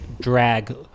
drag